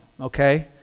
okay